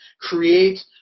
create